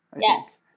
yes